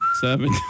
seven